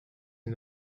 est